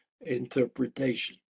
interpretation